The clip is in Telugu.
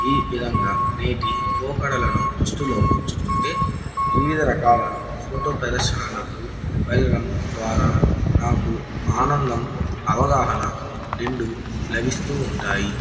ఈ విధంగా నేటి పోకడలను దృష్టిలో ఉంచుకుంటే వివిధ రకాల ఫోటో ప్రదర్శనలకు వెళ్ళడం ద్వారా నాకు ఆనందం అవగాహన రెండు లభిస్తూ ఉంటాయి